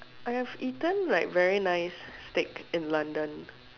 I have eaten like very nice steak in London